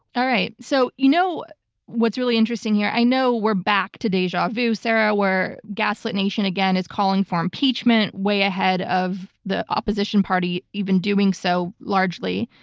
all right, so you know what's really interesting here? i know we're back to deja vu, sarah, where gaslit nation again is calling for impeachment way ahead of the opposition party even doing so largely.